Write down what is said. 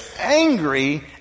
angry